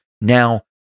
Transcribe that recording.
now